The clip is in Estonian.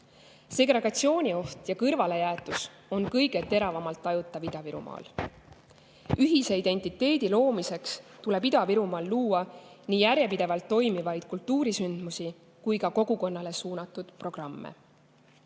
Segregatsioonioht ja kõrvalejäetus on kõige teravamalt tajutav Ida-Virumaal. Ühise identiteedi loomiseks tuleb Ida-Virumaal luua nii järjepidevalt toimivaid kultuurisündmusi kui ka kogukonnale suunatud programme.